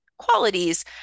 qualities